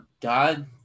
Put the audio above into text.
God